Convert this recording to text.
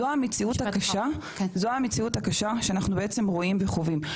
זו המציאות הקשה שאנחנו בעצם רואים וחווים.